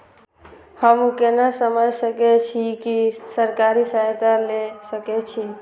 हमू केना समझ सके छी की सरकारी सहायता ले सके छी?